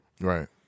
Right